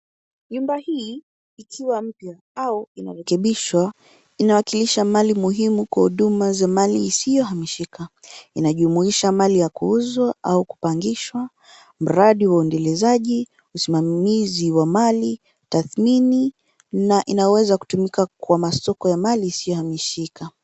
Nyumba hii ikiwa mpya au inarekebishwa inawakilisha mali muhimu kwa huduma za mali isiyohamishika. Inajumuisha mali ya kuuzwa au kupangishwa, mradi wa uendelezaji, usimamizi wa mali tathmini na inaweza kutumika kwa masoko ya mali isiyohamishika.